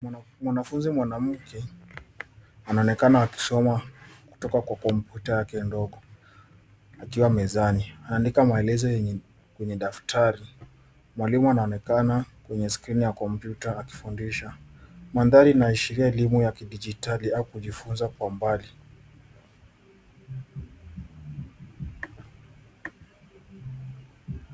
Mwanafunzi mwanamke, anaonekana akisoma kutoka kwa kompyuta yake ndogo akiwa mezani. Anaandika maelezo kwenye daftari. Mwalimu anaonekana kwenye skrini ya kompyuta akifundisha. Mandhari inaashiria elimu ya kidijitali au kujifunza kwa mbali.